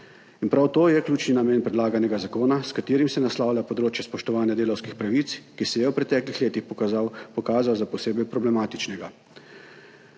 In prav to je ključni namen predlaganega zakona, s katerim se naslavlja področje spoštovanja delavskih pravic, ki se je v preteklih letih pokazalo za posebej problematično.